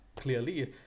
clearly